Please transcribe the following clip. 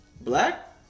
Black